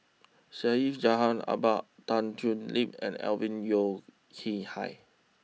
Syed Jaafar Albar Tan Thoon Lip and Alvin Yeo Khirn Hai